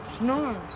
No